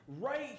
right